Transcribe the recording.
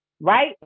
right